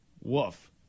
Woof